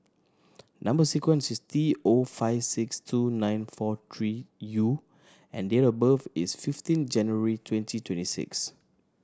number sequence is T O five six two nine four three U and date of birth is fifteen January twenty twenty six